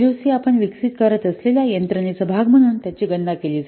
आपण विकसित करीत असलेल्या यंत्रणेचा भाग म्हणून त्यांची गणना केली जाईल